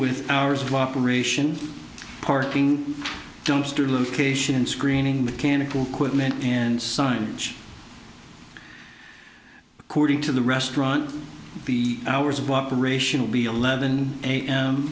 with hours of operation parking jumps to location screening mechanical equipment and signage according to the restaurant the hours of operation will be eleven a